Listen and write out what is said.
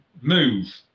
move